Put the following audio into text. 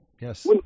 Yes